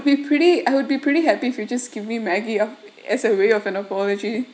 we've pretty I would be pretty happy if you just give me maggie ah as a way of an apology